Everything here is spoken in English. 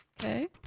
Okay